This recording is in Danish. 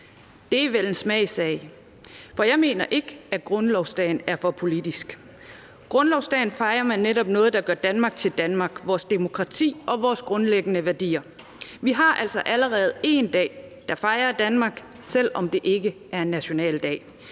Det er vel en smagssag. For jeg mener ikke, at grundlovsdagen er for politisk. Grundlovsdag fejrer man netop noget, der gør Danmark til Danmark – vores demokrati og vores grundlæggende værdier. Vi har altså allerede én dag, der fejrer Danmark, selv om det ikke er en nationaldag.